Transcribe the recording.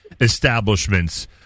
Establishments